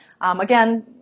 Again